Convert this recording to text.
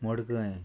मडकय